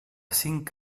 cinc